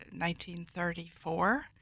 1934